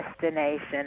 destination